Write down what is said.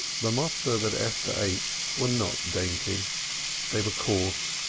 the matzoth that esther ate were not dainty they were coarse,